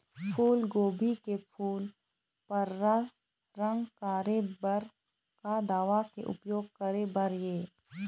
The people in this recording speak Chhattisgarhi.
फूलगोभी के फूल पर्रा रंग करे बर का दवा के उपयोग करे बर ये?